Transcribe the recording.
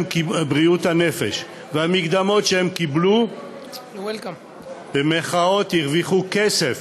בריאות הנפש ומהמקדמות שהן קיבלו הן "הרוויחו" כסף,